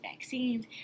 vaccines